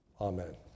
Amen